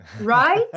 Right